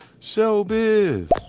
Showbiz